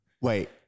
Wait